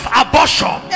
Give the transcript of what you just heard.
abortion